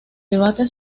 debate